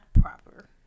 proper